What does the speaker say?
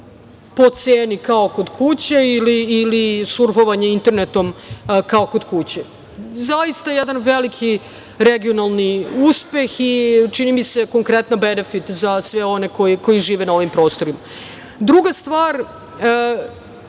po ceni kao kod kuće ili surfovanje internetom kao kod kuće. Zaista jedan veliki regionalni uspeh i čini me se konkretan benefit za sve one koji žive na ovim prostorima. Druga stvar,